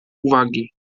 uwagi